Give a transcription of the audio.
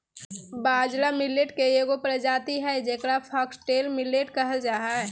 बाजरा मिलेट के एगो प्रजाति हइ जेकरा फॉक्सटेल मिलेट कहल जा हइ